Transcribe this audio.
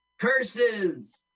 Curses